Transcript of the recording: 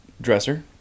dresser